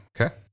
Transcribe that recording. Okay